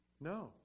No